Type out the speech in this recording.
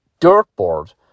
Dirtboard